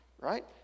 right